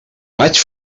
maig